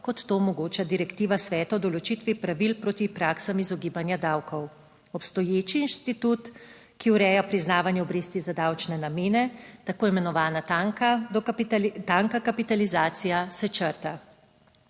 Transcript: kot to omogoča direktiva sveta o določitvi pravil proti praksam izogibanja davkov. Obstoječi institut, ki ureja priznavanje obresti za davčne namene, tako imenovana tanka kapitalizacija, se črta.